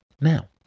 Now